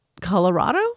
Colorado